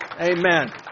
Amen